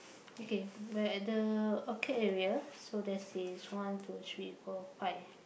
okay where at the orchid area so there's is one two three four five